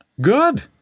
Good